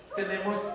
tenemos